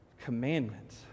commandments